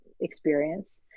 experience